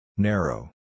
Narrow